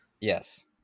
Yes